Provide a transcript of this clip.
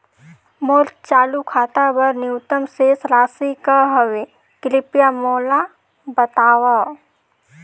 मोर चालू खाता बर न्यूनतम शेष राशि का हवे, कृपया मोला बतावव